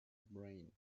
brain